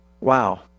Wow